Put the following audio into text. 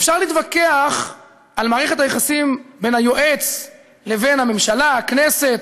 אפשר להתווכח על מערכת היחסים בין היועץ לבין הממשלה והכנסת,